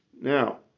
now